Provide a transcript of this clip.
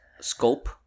scope